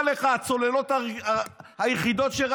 חבר הכנסת אמסלם.